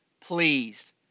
pleased